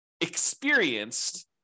experienced